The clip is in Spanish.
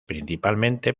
principalmente